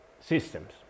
systems